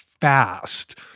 fast